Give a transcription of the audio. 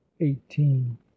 eighteen